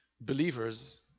believers